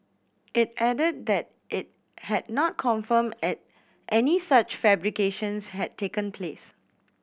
it added that it had not confirmed at any such fabrications had taken place